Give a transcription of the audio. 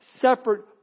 separate